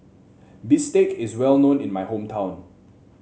bistake is well known in my hometown